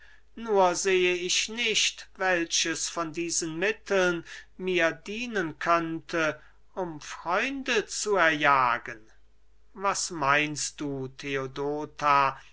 nur sehe ich nicht welches von diesen mitteln mir dienen könnte um freunde zu erjagen was meinst du theodota